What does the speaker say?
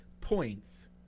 points